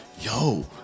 yo